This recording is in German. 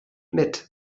mit